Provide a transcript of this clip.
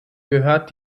gehört